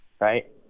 Right